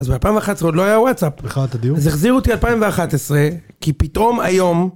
אז ב-2011 עוד לא היה וואטסאפ. בכלל אתה דיון. אז החזיר אותי ב-2011 כי פתאום היום...